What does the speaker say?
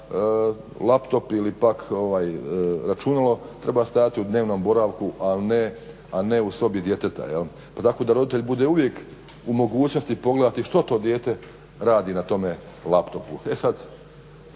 laptop ili pak računalo treba stajati u dnevnom boravku, a ne u sobi djeteta pa tako da roditelj bude uvijek u mogućnosti pogledati što to dijete radi na tome laptopu.